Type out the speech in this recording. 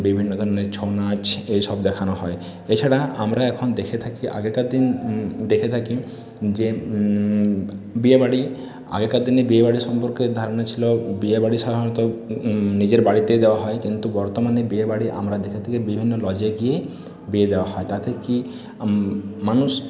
বিভিন্ন ধরনের ছৌ নাচ এইসব দেখানো হয় এছাড়া আমরা এখন দেখে থাকি আগেকার দিনে দেখে থাকি যে বিয়েবাড়ি আগেকার দিনে বিয়ে বাড়ি সম্পর্কে ধারনা ছিল বিয়ে বাড়ি সাধারণত নিজের বাড়িতে দেওয়া হয় কিন্তু বর্তমানে বিয়েবাড়ি আমরা দেখে থাকি বিভিন্ন লজে গিয়ে বিয়ে দেওয়া হয় তাতে কি মানুষ